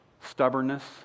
stubbornness